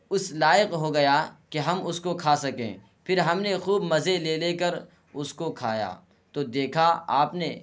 اس لائق ہو گیا کہ ہم اس کو کھا سکیں پھر ہم نے خوب مزے لے لے کر اس کو کھایا تو دیکھا آپ نے